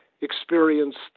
experienced